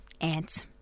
ants